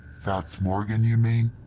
fats morgan, you mean?